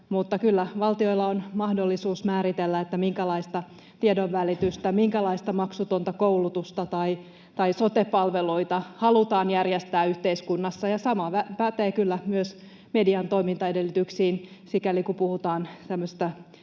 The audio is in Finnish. valtiolla on mahdollisuus määritellä, minkälaista tiedonvälitystä, minkälaista maksutonta koulutusta tai sote-palveluita halutaan järjestää yhteiskunnassa, ja sama pätee kyllä myös median toimintaedellytyksiin, sikäli kun puhutaan tämmöisestä